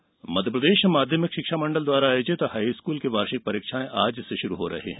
high school परीक्षा मध्यप्रदेश माध्यमिक शिक्षा मंडल द्वारा आयोजित हाई स्कूल की वार्षिक परीक्षाएं आज से शुरू हो रही है